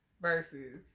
Versus